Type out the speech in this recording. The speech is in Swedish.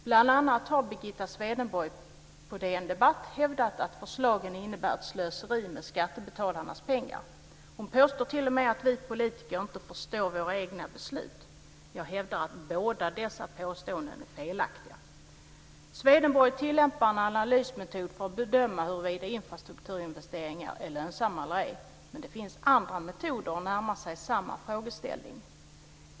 Bl.a. har Birgitta Swedenborg på DN Debatt hävdat att förslagen innebär ett slöseri med skattebetalarnas pengar. Hon påstår t.o.m. att vi politiker inte förstår våra egna beslut. Jag hävdar att båda dessa påståenden är felaktiga. Swedenborg tillämpar en analysmetod för att bedöma huruvida infrastrukturinvesteringar är lönsamma eller ej, men det finns andra metoder att närma sig samma frågeställning.